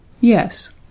Yes